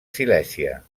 silèsia